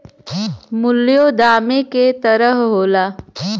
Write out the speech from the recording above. मूल्यों दामे क तरह होला